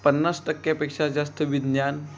पन्नास टक्क्यापेक्षा जास्त विज्ञान